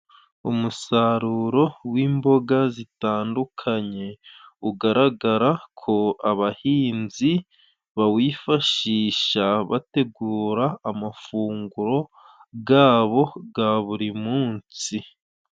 Umusaruro w'imboga zitandukanye, ugaragara ko abahinzi bawifashisha bategura amafunguro gabo ga buri munsi.